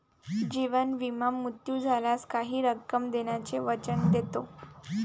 जीवन विमा मृत्यू झाल्यास काही रक्कम देण्याचे वचन देतो